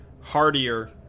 hardier